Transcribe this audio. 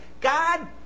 God